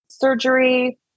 Surgery